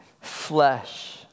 flesh